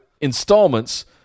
installments